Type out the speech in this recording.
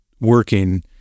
working